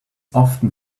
often